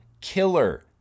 killer